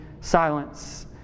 silence